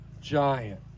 giant